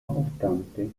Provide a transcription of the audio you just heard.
obstante